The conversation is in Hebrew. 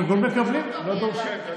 פרגון מקבלים, לא דורשים.